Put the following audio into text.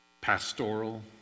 pastoral